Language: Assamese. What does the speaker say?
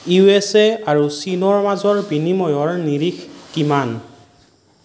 ইউ এছ এ আৰু চীনৰ মাজৰ বিনিময়ৰ নিৰিখ কিমান